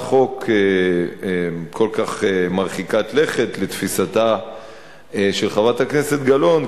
חוק כל כך מרחיקת לכת לתפיסתה של חברת הכנסת גלאון,